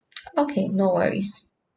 okay no worries